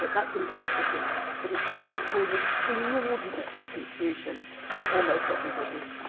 that's in parentheses but it's it causes inordinate confusion in almost everybody's